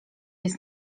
jest